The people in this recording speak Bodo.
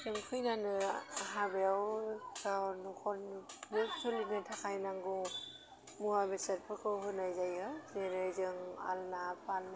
जों खैनानो हाबायाव जा न'खरनि सोलिनो थाखाय नांगौ मुवा बेसादफोरखौ होनाय जायो जेरै जों आलना फालें